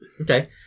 Okay